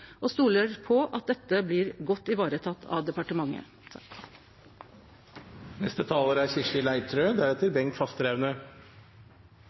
og stolar på at dette blir godt vareteke av departementet.